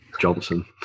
Johnson